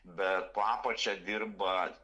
bet po apačia dirba